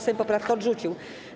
Sejm poprawkę odrzucił.